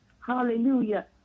Hallelujah